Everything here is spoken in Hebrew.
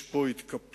יש פה התקפלות